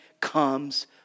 comes